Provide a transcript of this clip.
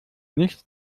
nichts